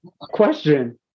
question